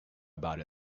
about